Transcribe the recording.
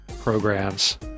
programs